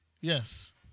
Yes